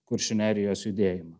kuršių nerijos judėjimą